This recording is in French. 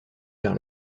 vers